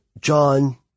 John